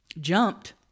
jumped